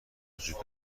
وجود